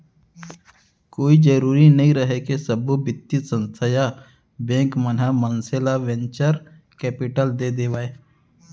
कोई जरुरी नइ रहय के सब्बो बित्तीय संस्था या बेंक मन ह मनसे ल वेंचर कैपिलट दे देवय